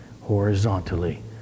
horizontally